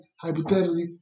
hypothetically